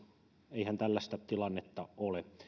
eihän tällaista tilannetta ole ollut